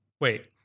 wait